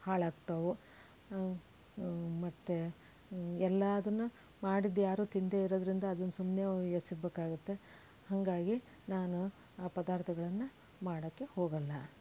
ಹಾಳಾಗ್ತವೆ ಮತ್ತೆ ಎಲ್ಲದನ್ನು ಮಾಡಿದ್ದು ಯಾರು ತಿನ್ನದೇ ಇರೋದರಿಂದ ಅದನ್ನು ಸುಮ್ಮನೆ ಎಸಿಬೇಕಾಗುತ್ತೆ ಹಾಗಾಗಿ ನಾನು ಆ ಪದಾರ್ಥಗಳನ್ನು ಮಾಡೋಕ್ಕೆ ಹೋಗಲ್ಲ